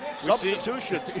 Substitution